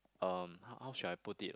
um how how should I put it like